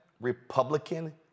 Republican